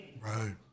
Right